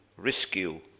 rescue